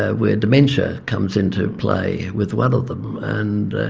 ah when dementia comes into play with one of them and